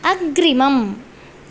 अग्रिमम्